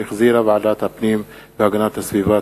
שהחזירה ועדת הפנים והגנת הסביבה.